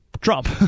Trump